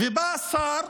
ובא השר,